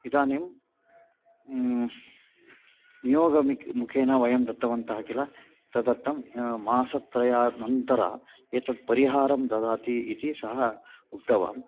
इदानीं नियोगमुखेन वयं दत्तवन्तः किल तदर्थं मासत्रयानन्तरम् एतत् परिहारं ददाति इति सः उक्तवान्